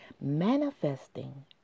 manifesting